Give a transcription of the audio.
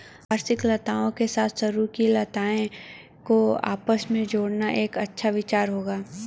वार्षिक लताओं के साथ सरू की लताओं को आपस में जोड़ना एक अच्छा विचार होगा